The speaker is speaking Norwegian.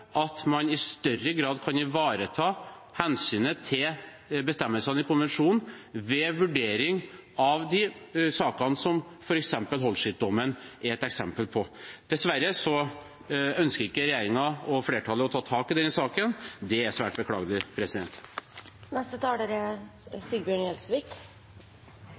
at man i større grad kan ivareta hensynet til bestemmelsene i konvensjonen ved vurdering av de sakene som f.eks. Holship-dommen er et eksempel på. Dessverre ønsker ikke regjeringen og flertallet å ta tak i denne saken. Det er svært beklagelig.